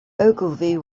ogilvy